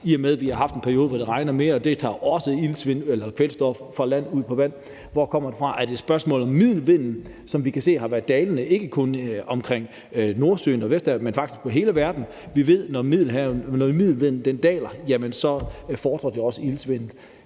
i og med at vi har haft en periode, hvor det har regnet mere, og det også tager kvælstof fra land og ud i vandet. Så hvor kommer den fra? Er det et spørgsmål om middelvinden, som vi kan se har været dalende, ikke kun omkring Nordsøen og Vesterhavet, men faktisk i hele verden? Vi ved, at når middelvinden daler, fordrer det også iltsvind.